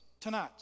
Tonight